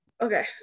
Okay